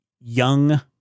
young